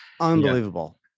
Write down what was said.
unbelievable